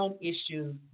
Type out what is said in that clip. issues